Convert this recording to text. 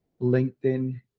LinkedIn